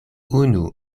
unu